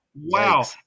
wow